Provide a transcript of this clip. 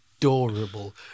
Adorable